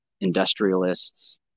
industrialists